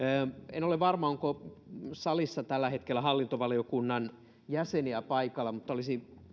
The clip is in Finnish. en ole varma onko salissa tällä hetkellä hallintovaliokunnan jäseniä paikalla mutta olisi